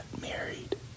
married